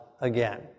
again